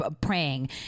praying